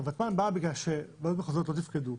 הרי ותמ"ל באה בגלל שהוועדות המחוזיות לא תפקדו,